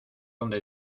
dónde